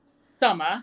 summer